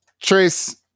trace